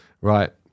Right